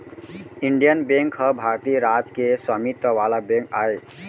Indian bank ह भारतीय राज के स्वामित्व वाला बेंक आय